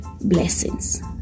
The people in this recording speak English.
Blessings